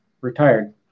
retired